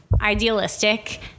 idealistic